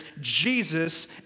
Jesus